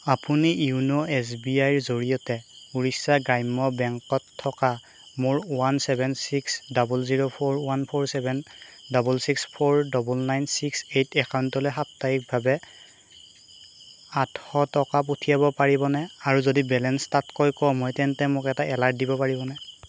আপুনি য়োন' S B I ৰ জৰিয়তে ওড়িশা গ্ৰাম্য বেংকত থকা মোৰ one seven six double zero four one four seven double six four double nine six eight একাউণ্টলৈ সাপ্তাহিকভাৱে আঠশ টকা পঠিয়াব পাৰিবনে আৰু যদি বেলেঞ্চ তাতকৈ কম হয় তেন্তে মোক এটা এলাৰ্ট দিব পাৰিবনে